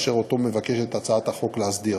אשר אותו מבקשת הצעת החוק להסדיר.